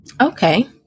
Okay